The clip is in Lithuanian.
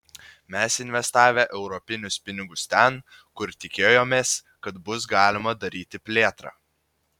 mes investavę europinius pinigus ten kur tikėjomės kad bus galima daryti plėtrą